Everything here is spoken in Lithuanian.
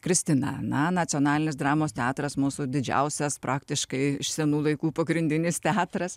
kristina na nacionalinis dramos teatras mūsų didžiausias praktiškai iš senų laikų pagrindinis teatras